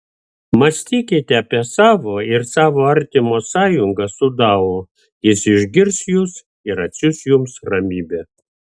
mąstykite apie savo ir savo artimo sąjungą su dao jis išgirs jus ir atsiųs jums ramybę